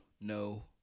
no